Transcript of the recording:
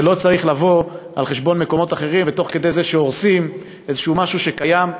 זה לא צריך לבוא על חשבון מקומות אחרים ותוך כדי זה שהורסים משהו קיים.